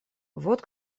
вот